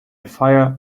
fire